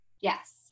Yes